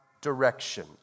direction